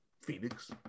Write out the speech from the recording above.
Phoenix